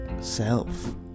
self